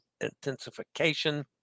intensification